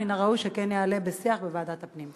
מן הראוי שזה כן יעלה בשיח בוועדת הפנים.